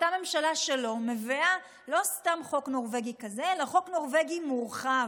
אותה ממשלה שלו מביאה לא סתם חוק נורבגי כזה אלא חוק נורבגי מורחב.